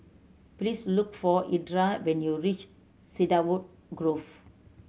please look for Edra when you reach Cedarwood Grove